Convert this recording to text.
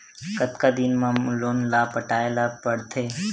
कतका दिन मा लोन ला पटाय ला पढ़ते?